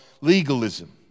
legalism